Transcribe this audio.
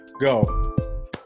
go